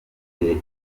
gihe